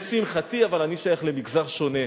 לשמחתי, אני שייך למגזר שונה,